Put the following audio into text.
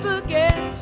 again